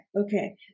okay